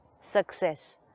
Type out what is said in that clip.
success